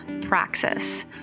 Praxis